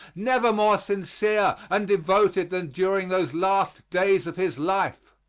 never more sincere and devoted than during those last days of his life.